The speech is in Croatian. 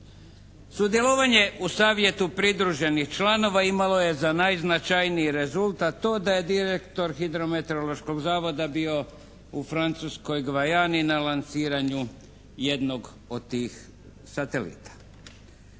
Sudjelovanje u savjetu pridruženih članova imalo je za najznačajniji rezultat to da je direktor Hidrometeorološkog zavoda bio u Francuskoj Gvajani na lansiranju jednog od tih satelita.